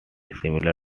similar